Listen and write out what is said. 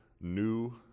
new